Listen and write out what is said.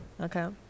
Okay